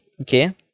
okay